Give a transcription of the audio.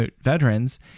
veterans